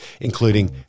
including